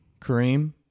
Kareem